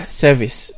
service